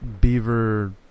beaver